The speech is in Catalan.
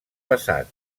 passat